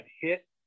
hit